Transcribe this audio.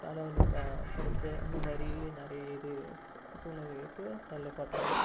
தலைவலி கடுப்பு அந்தமாதிரி நிறைய இது சூழ்நிலை இருக்கு தள்ளப்படுறாங்க